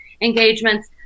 engagements